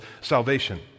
salvation